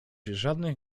żadnych